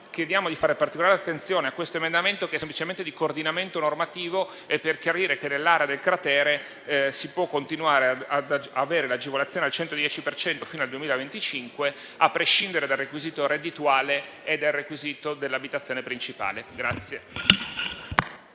Chiediamo di fare particolare attenzione a quest'emendamento, che è semplicemente di coordinamento normativo e chiarisce che nell'area del cratere si può continuare ad avere l'agevolazione al 110 per cento fino al 2025, a prescindere dai requisiti reddituale e dell'abitazione principale.